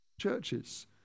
churches